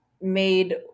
made